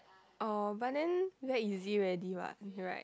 oh but then very easy already what right